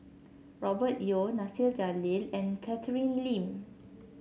Robert Yeo Nasir Jalil and Catherine Lim